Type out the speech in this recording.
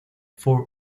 four